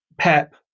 PEP